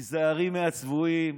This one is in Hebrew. היזהרי מהצבועים,